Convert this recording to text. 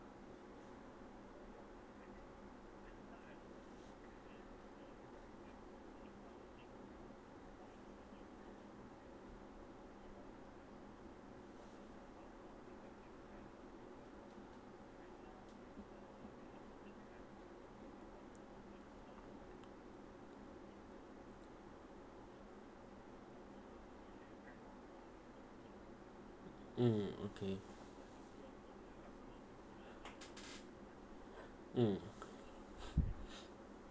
mm okay mm